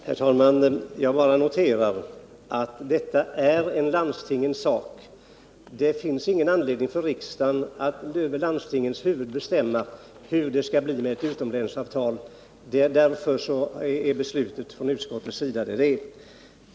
Herr talman! Jag bara noterar att detta är en sak för landstingen. Det finns ingen anledning för riksdagen att över huvudet på landstingen bestämma hur det skall bli med ett utomlänsavtal, och därför har utskottets hemställan blivit denna.